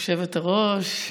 היושבת-ראש,